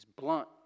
blunt